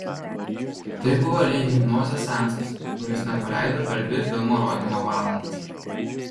tai buvo lyg hipnozės seansas kuris nepaleido per dvi filmo rodymo valandas